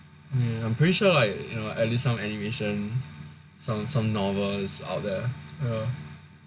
I'm pretty sure like you know at least some animation some some novels out there